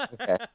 okay